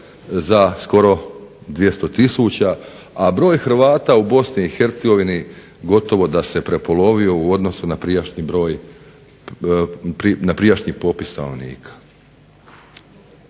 za skoro 200 tisuća, a broj Hrvata u BIH gotovo se prepolovio na prijašnji popis stanovnika.